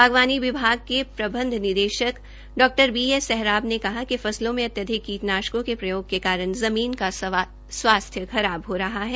बागबानी विभाग के प्रबंध निदेशक डॉ बीएस सेहराब ने कहा कि फसलों में अत्यधिक कीटनाशकों के प्रयोग के कारण जमीन का स्वास्थ्य खराब हो रहा है